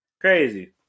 Crazy